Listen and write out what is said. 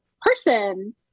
person